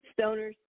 stoners